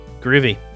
Groovy